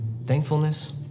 Thankfulness